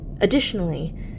Additionally